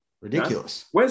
Ridiculous